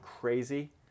crazy